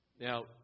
Now